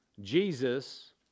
Jesus